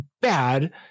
bad